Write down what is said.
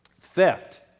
Theft